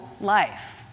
life